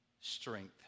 strength